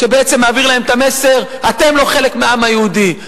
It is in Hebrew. שבעצם מעביר להם את המסר: אתם לא חלק מהעם היהודי,